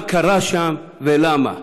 מה קרה שם ולמה.